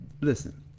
listen